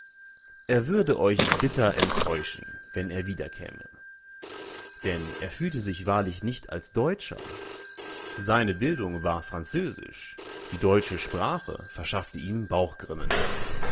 er würde euch bitter enttäuschen wenn er wiederkäme denn er fühlte sich wahrlich nicht als deutscher seine bildung war französisch die deutsche sprache verschaffte ihm